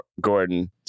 Gordon